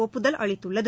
ஒப்புதல் அளித்துள்ளது